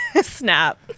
snap